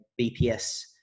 BPS